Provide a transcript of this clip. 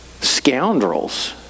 scoundrels